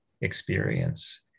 experience